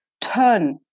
turn